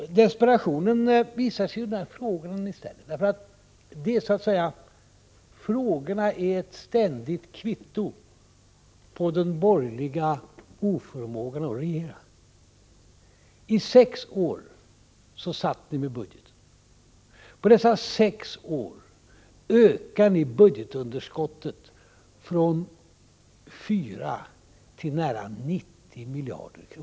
Desperationen visas i de frågor ni ställer. Frågorna är så att säga ett ständigt kvitto på den borgerliga oförmågan att regera. I sex år satt ni med budgeten. På dessa sex år ökade ni budgetunderskottet från 4 till nära 90 miljarder kronor.